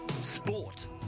Sport